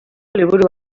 liburu